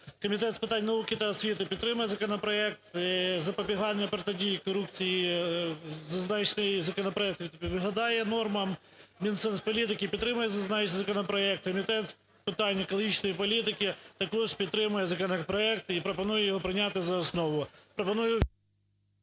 Комітет з питань науки та освіти підтримує законопроект. Запобігання, протидії корупції: зазначений законопроект відповідає нормам. Мінсоцполітики підтримує зазначений законопроект. Комітет з питань екологічної політики також підтримує законопроект і пропонує його прийняти за основу.